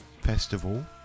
Festival